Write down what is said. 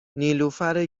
نیلوفر